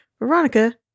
Veronica